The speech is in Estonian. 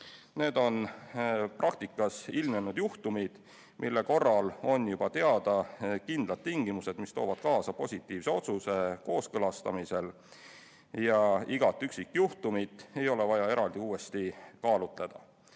Need on praktikas ilmnenud juhtumid, mille korral on juba teada kindlad tingimused, mis toovad kaasa positiivse otsuse kooskõlastamisel. Ja igat üksikjuhtumit ei ole vaja eraldi uuesti kaalutleda.